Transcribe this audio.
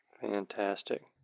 Fantastic